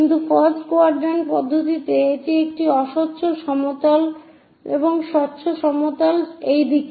কিন্তু first quadrant পদ্ধতিতে এটি একটি অস্বচ্ছ সমতল এবং স্বচ্ছ সমতল এই দিকে